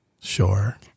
Sure